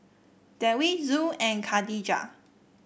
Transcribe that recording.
Dewi Zul and Khadija